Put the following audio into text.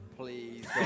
Please